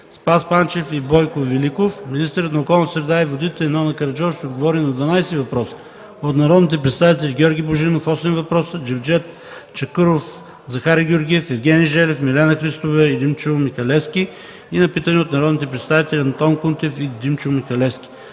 Спас Панчев, и Бойко Великов. Министърът на околната среда и водите Нона Караджова ще отговори на 12 въпроса от народните представители Георги Божинов – 8 въпроса, Джевдет Чакъров, Захари Георгиев, Евгений Желев, и Милена Христова и Димчо Михалевски, и на питане от народните представители Антон Кутев и Димчо Михалевски.